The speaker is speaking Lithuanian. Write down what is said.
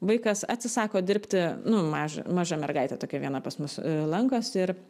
vaikas atsisako dirbti nu maža maža mergaitė tokia viena pas mus lankosi ir